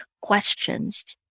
questions